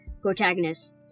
protagonist